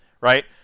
right